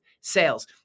sales